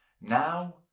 now